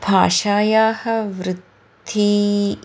भाषायाः वृद्धिः